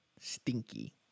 stinky